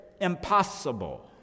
impossible